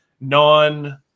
non